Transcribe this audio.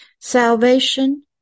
Salvation